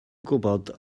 gwybod